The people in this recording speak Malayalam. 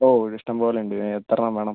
ഓ ഇത് ഇഷ്ടംപോലെ ഉണ്ട് എത്ര എണ്ണം വേണം